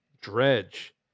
Dredge